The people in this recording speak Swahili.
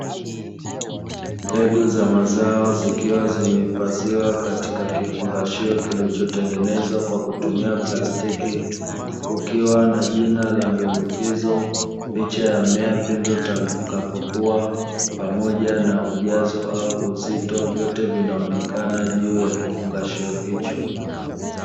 Mbegu za mazao zikiwa limehifadhiwa katika kifungashio kilichotengenezwa kwa kutumia plastiki, kukiwa na jina la mbegu hizo, licha ya mmea pindi utakapokua pamoja na ujazo au uzito, vyote vinaonekana juu ya kifungashio hicho.